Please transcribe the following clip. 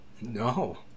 No